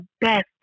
best